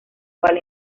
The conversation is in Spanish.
cual